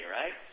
right